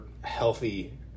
healthy